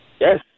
Yes